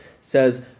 says